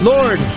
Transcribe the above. Lord